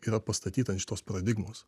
yra pastatyta ant šitos paradigmos